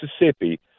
Mississippi